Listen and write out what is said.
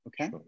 Okay